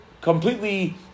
completely